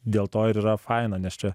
dėl to ir yra faina nes čia